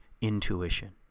intuition